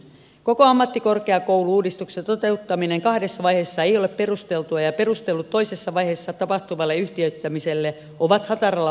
koko ammattikorkeakoulu uudistuksen toteuttaminen kahdessa vaiheessa ei ole perusteltua ja perustelut toisessa vaiheessa tapahtuvalle yhtiöittämiselle ovat hataralla pohjalla